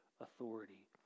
authority